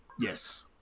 Yes